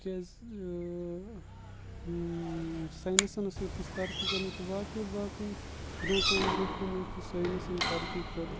تِکیٛازِ ساینَسَن ٲسۍ تِژھ ترقی کَرن تہٕ باقٕے باقٕے برونٛہہ کُن برونٛہہ کُن یُس ساینَسَن ترقی کٔرۍ